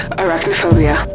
arachnophobia